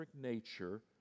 nature